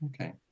Okay